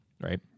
right